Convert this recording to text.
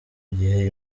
gihe